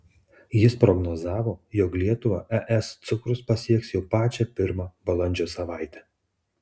jis prognozavo jog lietuvą es cukrus pasieks jau pačią pirmą balandžio savaitę